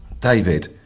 David